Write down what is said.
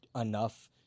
enough